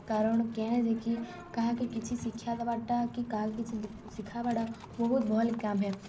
କାରଣ୍ କେଁ ଯେ କି କାହାକେ କିଛି ଶିକ୍ଷା ଦେବାର୍ଟା କି କାହାକେ କିଛି ଶିଖାବାର୍ଟା ବହୁତ୍ ଭଲ୍ କାମ୍ ଏ